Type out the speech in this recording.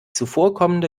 zuvorkommende